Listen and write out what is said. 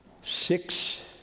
six